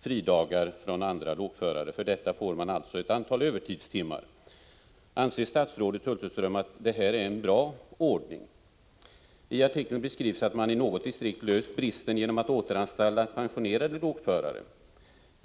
fridagar från andra lokförare. För detta får man alltså ett antal övertidstimmar. Anser statsrådet Hulterström att detta är en bra ordning? I artikeln beskrivs att man i något distrikt hävt bristen genom att ”återanställa” pensionerade lokförare.